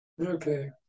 Okay